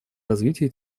развитие